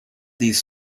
these